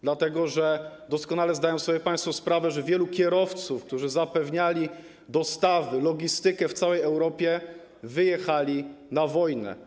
Doskonale zdają sobie państwo sprawę, że wielu kierowców, którzy zapewniali dostawy, logistykę w całej Europie, wyjechało na wojnę.